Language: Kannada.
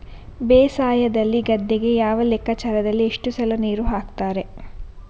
ಬೇಸಾಯದಲ್ಲಿ ಗದ್ದೆಗೆ ಯಾವ ಲೆಕ್ಕಾಚಾರದಲ್ಲಿ ಎಷ್ಟು ಸಲ ನೀರು ಹಾಕ್ತರೆ?